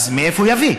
אז מאיפה הוא יביא,